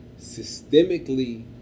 systemically